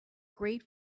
great